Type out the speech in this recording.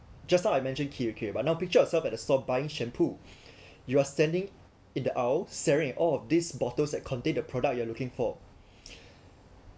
just now I mentioned T_V_K but now picture yourselves at the store buying shampoo you are standing in the aisle staring all of these bottles that contain the product you are looking for